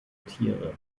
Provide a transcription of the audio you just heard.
tiere